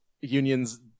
unions